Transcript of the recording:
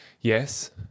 yes